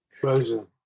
frozen